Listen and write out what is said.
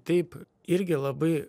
taip irgi labai